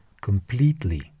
completely